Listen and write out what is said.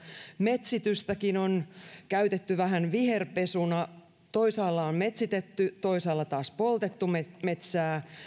metsitystäkin on käytetty vähän viherpesuna toisaalla on metsitetty toisaalla taas poltettu metsää